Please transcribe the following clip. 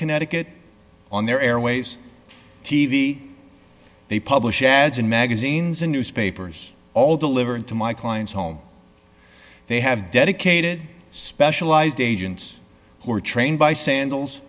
connecticut on their airways t v they publish ads in magazines and newspapers all delivered to my client's home they have dedicated specialized agents who are trained by sandals